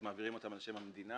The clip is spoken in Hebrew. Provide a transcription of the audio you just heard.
אז מעבירים אותם על שם המדינה.